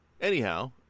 anyhow